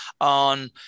on